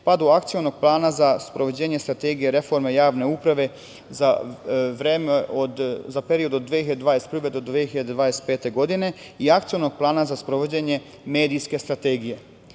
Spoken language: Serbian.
pa do Akcionog plana za sprovođenje Strategije reforme javne uprave za period od 2021. do 2025. godine i Akcionog plana za sprovođenje medijske strategije.